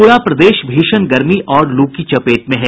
पूरा प्रदेश भीषण गर्मी और लू की चपेट में है